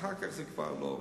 אחר כך זה כבר לא עובר.